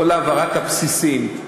כל העברת הבסיסים,